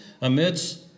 amidst